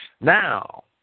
Now